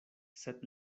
sed